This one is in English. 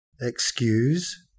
excuse